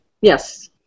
Yes